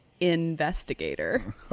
investigator